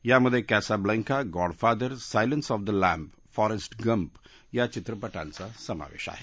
यामधे Casablanca God Father Silence of the Lamb Forrest Gump या चित्रपटांचा समावेश आहे